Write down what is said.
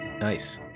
Nice